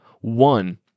One